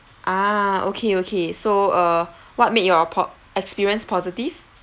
ah okay okay so uh what made your po~ experience positive